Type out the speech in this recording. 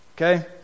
okay